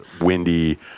windy